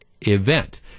event